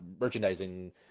merchandising